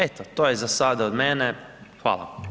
Eto, to je zasada od mene, hvala.